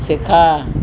শেখা